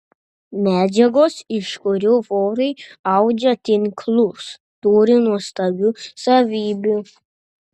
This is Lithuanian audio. medžiagos iš kurių vorai audžia tinklus turi nuostabių savybių